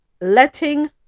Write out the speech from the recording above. letting